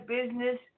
business